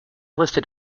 listed